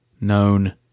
known